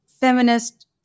feminist